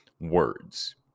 words